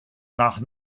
nach